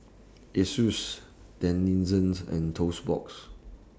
Asus Denizen and Toast Box